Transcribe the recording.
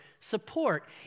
support